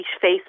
face